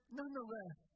nonetheless